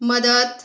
मदत